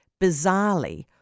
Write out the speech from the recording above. bizarrely